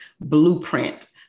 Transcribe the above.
Blueprint